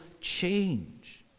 change